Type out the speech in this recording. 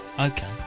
okay